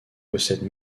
possède